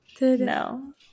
No